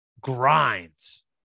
grinds